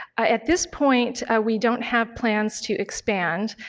at this point we don't have plans to expand,